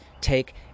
take